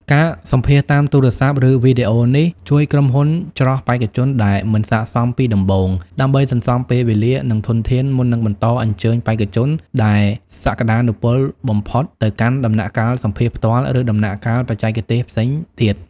ការសម្ភាសន៍តាមទូរស័ព្ទឬវីដេអូនេះ ជួយក្រុមហ៊ុនច្រោះបេក្ខជនដែលមិនស័ក្តិសមពីដំបូង ដើម្បីសន្សំពេលវេលា និងធនធាន មុននឹងបន្តអញ្ជើញបេក្ខជនដែលសក្តានុពលបំផុតទៅកាន់ដំណាក់កាលសម្ភាសន៍ផ្ទាល់ ឬដំណាក់កាលបច្ចេកទេសផ្សេងទៀត។